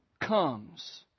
comes